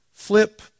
Flip